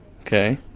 Okay